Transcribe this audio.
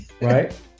Right